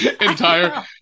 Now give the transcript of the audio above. entire